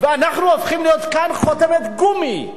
ואנחנו הופכים לחותמת גומי כאן,